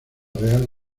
real